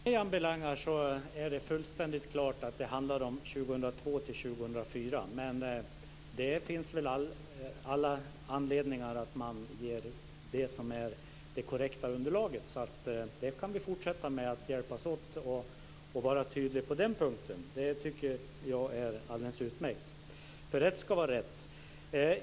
Fru talman! Vad mig anbelangar är det fullständigt klart att det handlar om 2002-2004, men det finns all anledning att ge det korrekta underlaget. Vi kan fortsätta hjälpas åt att vara tydliga på den punkten. Det tycker jag är alldeles utmärkt. Rätt ska vara rätt.